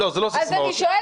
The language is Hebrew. כי הכנסתי --- אני,